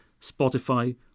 Spotify